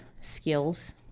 skills